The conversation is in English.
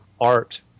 art